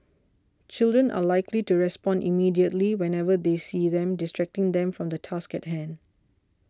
children are likely to respond immediately whenever they see them distracting them from the task at hand